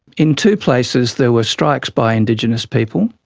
in two places there were strikes by indigenous people.